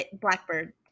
Blackbird